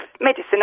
medicine